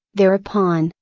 there upon,